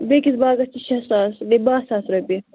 بیٚکِس باغس چھِ شےٚ ساس بیٚیہِ بہہ ساس رۄپیہِ